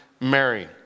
Mary